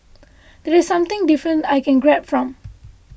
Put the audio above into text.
that's something different I can grab from